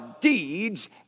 deeds